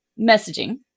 messaging